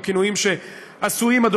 או כינויים שעשויים להתקבל,